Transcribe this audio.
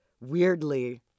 weirdly